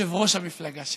ליושב-ראש המפלגה שלהם.